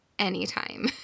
anytime